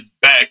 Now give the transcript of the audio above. back